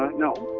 but no.